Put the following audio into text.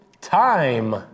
time